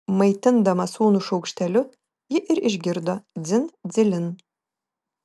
maitindama sūnų šaukšteliu ji ir išgirdo dzin dzilin